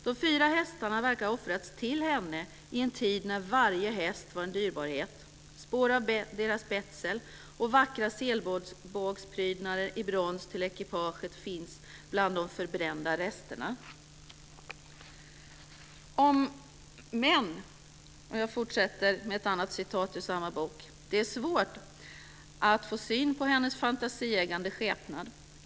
De fyra hästarna verkar ha offrats till henne i en tid när varje häst var en dyrbarhet. Spår av deras betsel och vackra selbågsprydnader i brons till ekipaget fanns bland de förbrända resterna." Men - jag fortsätter med ett annat citat ur samma bok - "hennes fantasieggande skepnad är så svår att få syn på.